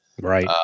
Right